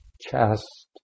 chest